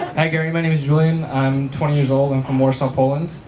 hi gary, my name is julian, i'm twenty years old, i'm from warsaw, poland.